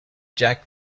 jack